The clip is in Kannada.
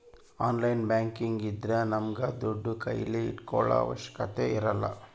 ಆನ್ಲೈನ್ ಬ್ಯಾಂಕಿಂಗ್ ಇದ್ರ ನಮ್ಗೆ ದುಡ್ಡು ಕೈಲಿ ಇಟ್ಕೊಳೋ ಅವಶ್ಯಕತೆ ಇರಲ್ಲ